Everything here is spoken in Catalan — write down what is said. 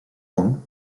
hom